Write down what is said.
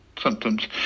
symptoms